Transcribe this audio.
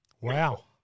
Wow